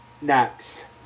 next